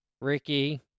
Ricky